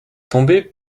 tomber